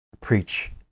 preach